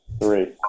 three